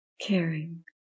caring